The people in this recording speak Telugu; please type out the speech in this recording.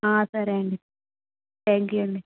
సరే అండి థ్యాంక్ యూ అండి